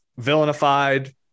villainified